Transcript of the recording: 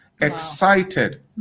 excited